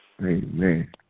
Amen